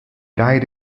died